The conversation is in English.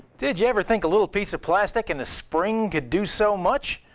did you ever think a little piece of plastic and a spring could do so much?